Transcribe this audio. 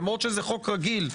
למרות שזה חוק רגיל,